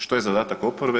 Što je zadatak oporbe?